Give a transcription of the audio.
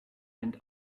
and